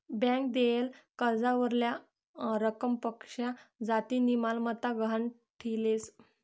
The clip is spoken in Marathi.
ब्यांक देयेल कर्जावरल्या रकमपक्शा जास्तीनी मालमत्ता गहाण ठीलेस